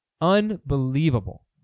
unbelievable